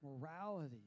morality